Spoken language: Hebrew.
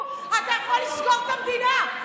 גפני ופינדרוס,